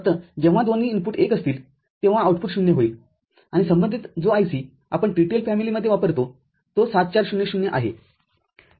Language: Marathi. फक्त जेव्हा दोन्ही इनपुट १ असतील तेव्हा आउटपुट ० होईल आणि संबंधित जो IC आपण TTL कुटुंबात वापरतो तो ७४०० आहे